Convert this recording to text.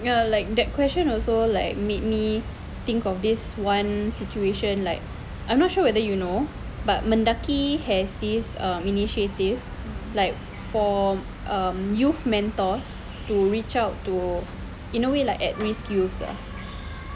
you know like that question also like made me think of this one situation like I'm not sure whether you know but Mendaki has this initiative like for um youth mentors to reach out to in a way like at risk youths ah